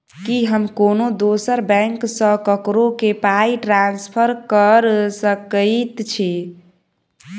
की हम कोनो दोसर बैंक सँ ककरो केँ पाई ट्रांसफर कर सकइत छि?